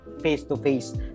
face-to-face